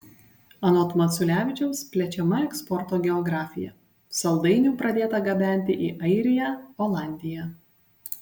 anot maculevičiaus plečiama eksporto geografija saldainių pradėta gabenti į airiją olandiją